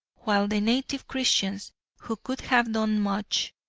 while the native christians who could have done much,